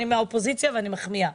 אני מן האופוזיציה ואני מחמיאה,